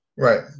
Right